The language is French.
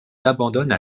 abandonnent